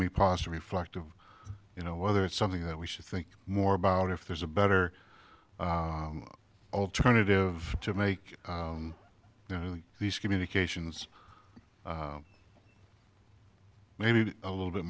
me pause to reflect of you know whether it's something that we should think more about if there's a better alternative to make these communications maybe a little bit